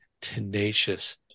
tenacious